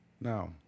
Now